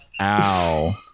ow